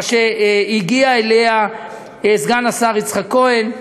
שהגיע אליה סגן השר יצחק כהן.